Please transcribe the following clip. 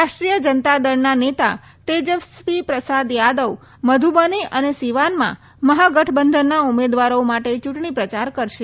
રાષ્ટ્રીય જનતા દળના નેત તેજસ્વી પ્રસાદ યાદવ મ્ધુબની અને સિવાનમાં મહાગઠબંધનના ઉમેદવારો માટે ચૂંટણીપ્રચાર કરશે